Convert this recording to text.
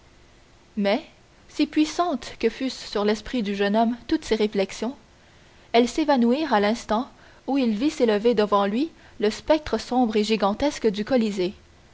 mais si puissantes que fussent sur l'esprit du jeune homme toutes ces réflexions elles s'évanouirent à l'instant où il vit s'élever devant lui le spectre sombre et gigantesque du colisée